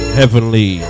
heavenly